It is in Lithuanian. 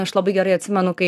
aš labai gerai atsimenu kai